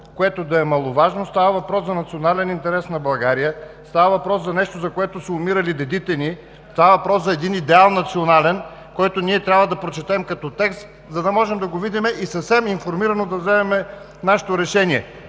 което е маловажно. Става въпрос за национален интерес на България. Става въпрос за нещо, за което са умирали дедите ни. Става въпрос за един национален идеал, който ние трябва да прочетем като текст, за да можем да го видим и съвсем информирано да вземем нашето решение.